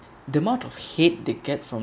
the amount of hate they get from